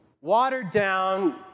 watered-down